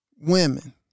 Women